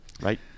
right